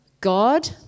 God